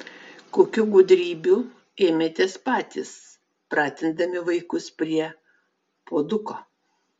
kokių gudrybių ėmėtės patys pratindami vaikus prie puoduko